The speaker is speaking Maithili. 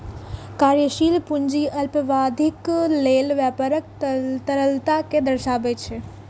कार्यशील पूंजी अल्पावधिक लेल व्यापारक तरलता कें दर्शाबै छै